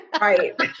Right